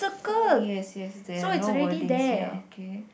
oh yes yes there are no wordings ya okay